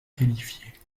qualifié